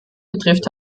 betrifft